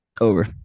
over